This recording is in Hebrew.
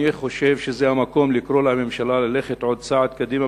אני חושב שזה המקום לקרוא לממשלה ללכת עוד צעד קדימה,